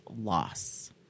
loss